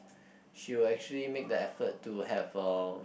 she will actually make the effort to have a